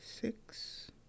six